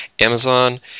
Amazon